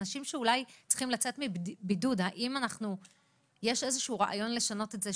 אנשים שצריכים לצאת מבידוד האם יש איזשהו רעיון לשנות את זה,